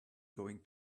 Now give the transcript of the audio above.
going